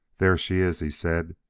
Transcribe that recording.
there she is, he said,